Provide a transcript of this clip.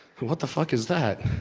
what the f ah ck is that?